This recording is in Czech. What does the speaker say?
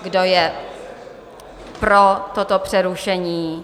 Kdo je pro toto přerušení?